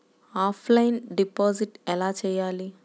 Offline deposit ఎలా చేయాలి?